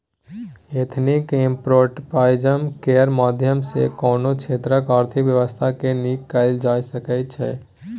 ethnic enterprise केर माध्यम सँ कोनो क्षेत्रक आर्थिक बेबस्था केँ नीक कएल जा सकै छै